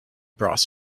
brass